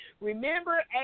Remember